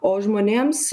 o žmonėms